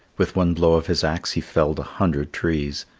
with one blow of his axe he felled a hundred trees.